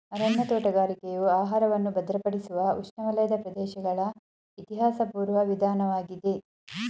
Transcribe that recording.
ಅರಣ್ಯ ತೋಟಗಾರಿಕೆಯು ಆಹಾರವನ್ನು ಭದ್ರಪಡಿಸುವ ಉಷ್ಣವಲಯದ ಪ್ರದೇಶಗಳ ಇತಿಹಾಸಪೂರ್ವ ವಿಧಾನವಾಗಿದೆ